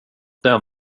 den